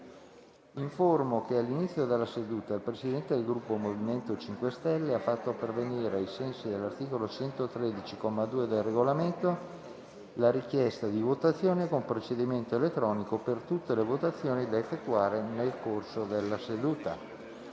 che all'inizio della seduta il Presidente del Gruppo MoVimento 5 Stelle ha fatto pervenire, ai sensi dell'articolo 113, comma 2, del Regolamento, la richiesta di votazione con procedimento elettronico per tutte le votazioni da effettuare nel corso della seduta.